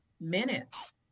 minutes